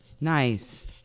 Nice